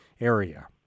area